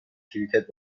کریکت